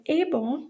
able